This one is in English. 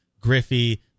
Griffey